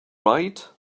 right